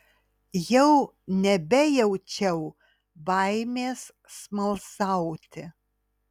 jau nebejaučiau baimės smalsauti